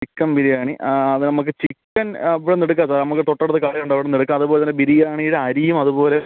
ആ ചിക്കൻ ബിരിയാണി ആ അത് നമ്മൾക്ക് ചിക്കൻ ഇവിടെ നിന്ന് എടുക്കാം ആ നമ്മൾക്ക് തൊട്ട് അടുത്ത് കടയുണ്ട് അവിടെ നിന്നെടുക്കാം അതുപോലെ ബിരിയാണിയുടെ അരിയും അതുപോലെ